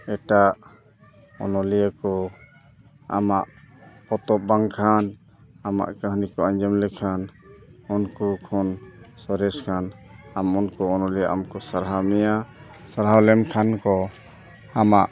ᱮᱴᱟᱜ ᱚᱱᱚᱞᱤᱭᱟᱹ ᱠᱚ ᱟᱢᱟᱜ ᱯᱚᱛᱚᱵ ᱵᱟᱝᱠᱷᱟᱱ ᱟᱢᱟᱜ ᱠᱟᱹᱦᱱᱤ ᱠᱚ ᱟᱸᱡᱚᱢ ᱞᱮᱠᱷᱟᱱ ᱩᱱᱠᱩ ᱠᱷᱚᱱ ᱥᱚᱨᱮᱥᱟᱱ ᱩᱱᱠᱩ ᱚᱱᱚᱞᱤᱭᱟᱹ ᱟᱢ ᱠᱚ ᱥᱟᱨᱦᱟᱣ ᱢᱮᱭᱟ ᱥᱟᱨᱦᱟᱣ ᱞᱮᱱᱠᱷᱟᱱ ᱠᱚ ᱟᱢᱟᱜ